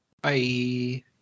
Bye